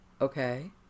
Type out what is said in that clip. okay